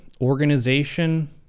organization